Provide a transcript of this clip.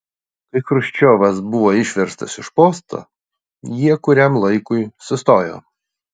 kai chruščiovas buvo išverstas iš posto jie kuriam laikui sustojo